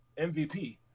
MVP –